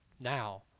Now